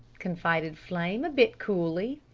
confided flame a bit coolly.